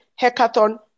Hackathon